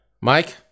mike